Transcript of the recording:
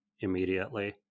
immediately